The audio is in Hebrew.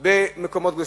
במקומות קדושים.